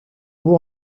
bourg